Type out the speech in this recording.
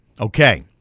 Okay